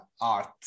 art